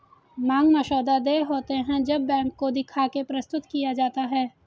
मांग मसौदा देय होते हैं जब बैंक को दिखा के प्रस्तुत किया जाता है